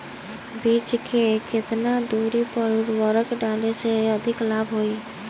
बीज के केतना दूरी पर उर्वरक डाले से अधिक लाभ होई?